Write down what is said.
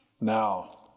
now